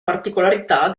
particolarità